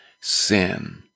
sin